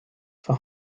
for